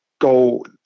go